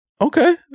Okay